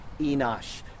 Enosh